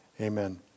amen